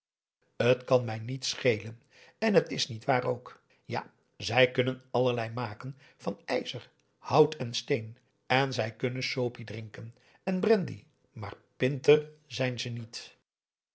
het kan mij niet schelen en het is niet waar ook ja zij kunnen allerlei maken van ijzer hout en steen en zij kunnen sopi drinken en brendy maar pinter zijn ze niet